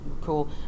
cool